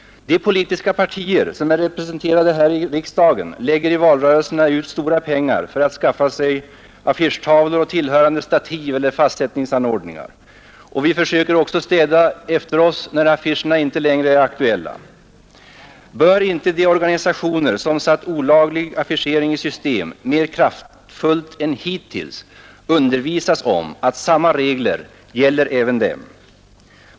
De politiska partier som är representerade här i riksdagen lägger i valrörelserna ut stora pengar för att skaffa affischtavlor med tillhörande stativ eller andra fastsättningsanordningar. Vi försöker också städa efter oss när affischerna inte längre är aktuella. Bör inte de organisationer som satt olaglig affischering i system mer kraftfullt än hittills undervisas om att samma regler gäller även dem?